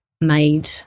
made